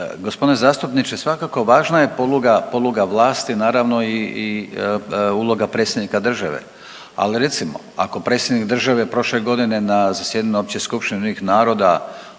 Gospodine zastupniče svakako važna je poluga, poluga vlasti naravno i uloga predsjednika države, ali recimo ako predsjednik prošle godine na zasjedanju Opće skupštine UN-a